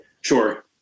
Sure